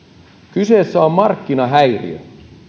kyseessä on markkinahäiriö